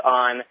on